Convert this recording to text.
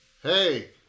Hey